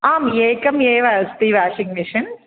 आं एकं एव अस्ति वाषिङ्ग् मिषन्